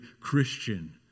Christian